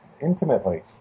intimately